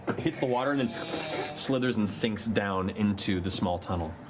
hits the water and and slithers and sinks down into the small tunnel.